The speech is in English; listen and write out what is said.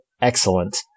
excellent